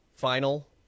final